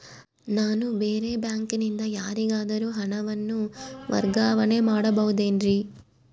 ನಾನು ಬೇರೆ ಬ್ಯಾಂಕಿನಿಂದ ಯಾರಿಗಾದರೂ ಹಣವನ್ನು ವರ್ಗಾವಣೆ ಮಾಡಬಹುದೇನ್ರಿ?